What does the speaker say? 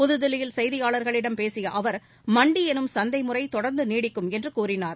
புதுதில்லியில் செய்தியாளர்களிடம் பேசிய அவர் மண்டி எனும் சந்தை முறை தொடர்ந்து நீடிக்கும் என்று கூறினார்